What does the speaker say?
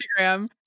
Instagram